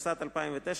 התשס"ט 2009,